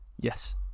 Yes